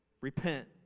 Repent